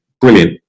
brilliant